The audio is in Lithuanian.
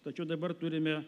tačiau dabar turime